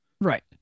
Right